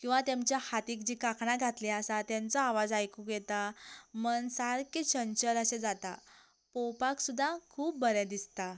किंवा तेमच्या हातीक जीं कांकणां घातलीं आसा तेमचो आवाज आयकूंक येता मन सारकें छनछन अशें जाता पळोवपाक सुद्दां खूब बरें दिसता